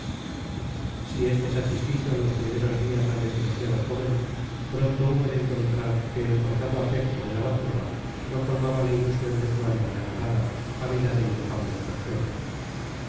si este satisfizo en los primeros días al desgraciado joven pronto hubo de encontrar que el forzado afecto de la baturra no colmaba la ilusión de su alma enamorada ávida de inefables consuelos